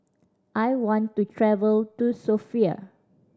I want to travel to Sofia